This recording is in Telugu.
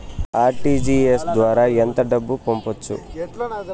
ఆర్.టీ.జి.ఎస్ ద్వారా ఎంత డబ్బు పంపొచ్చు?